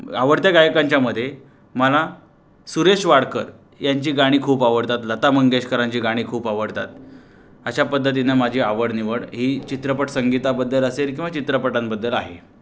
आवडत्या गायकांच्यामध्ये मला सुरेश वाडकर यांची गाणी खूप आवडतात लता मंगेशकरांची गाणी खूप आवडतात अशा पद्धतीने माझी आवडनिवड ही चित्रपट संगीताबद्द्ल असेल किंवा चित्रपटांबद्दल आहे